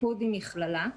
עם מכללה,